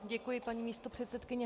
Děkuji, paní místopředsedkyně.